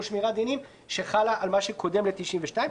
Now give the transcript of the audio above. שמירת דינים שחלה על מה שקודם ל-92'.